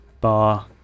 bar